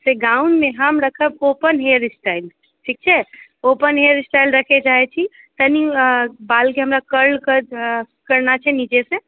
से gown मे हम रखब ओपन हेयर स्टाइल ठीक छै ओपन हेयर स्टाइल रखय चाहै छी कनि बाल के हमरा कर्ल करना छै निचे से